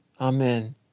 Amen